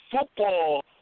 football